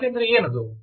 ಹಾಗೆಂದರೆ ಏನದು